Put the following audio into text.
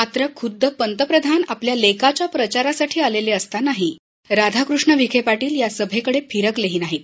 मात्र खुद्द पंतप्रधान आपल्या लोकाच्या प्रचारासाठी आलेले असतानाही राधाकृष्ण विखे पाटील या सभैकडे फिरकलेही नाहीत